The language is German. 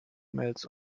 mails